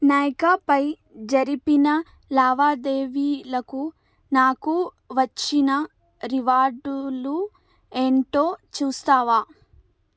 నైకాపై జరిపిన లావాదేవీలకు నాకు వచ్చిన రివార్డులు ఏంటో చూస్తావా